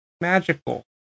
magical